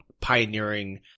pioneering